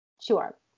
Sure